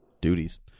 duties